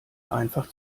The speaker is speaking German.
einfach